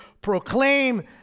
proclaim